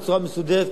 בצורה מסודרת,